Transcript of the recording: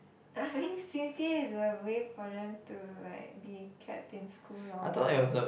I think C_C_A is a way for them to like be kept in school longer